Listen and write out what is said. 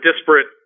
disparate